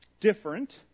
different